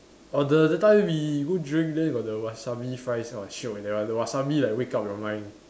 oh the that time we go drink then got the wasabi fries !wah! shiok eh that one the wasabi like wake up your mind